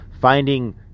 finding